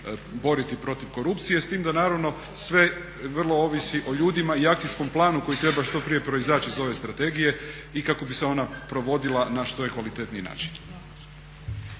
boriti protiv korupcije s tim da naravno sve vrlo ovisi o ljudima i akcijskom planu koji treba što prije proizaći iz ove Strategije i kako bi se ona provodila na što je kvalitetniji način.